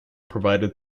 provided